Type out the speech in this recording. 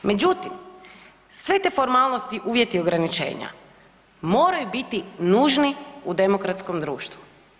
Međutim, sve te formalnosti uvjet je ograničenja, moraju biti nužni u demokratskom društvu.